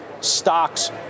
stocks